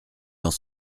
dans